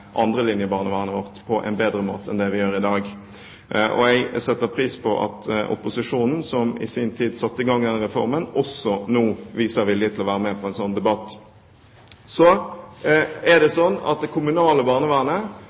barnevernet vårt på en bedre måte enn det vi gjør i dag. Og jeg setter pris på at også opposisjonen, som i sin tid igangsatte denne reformen, nå viser vilje til å være med på en slik debatt. Det kommunale barnevernet har en ressursutfordring, ikke fordi det ikke har vært bevilget mye penger til barnevernet